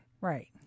Right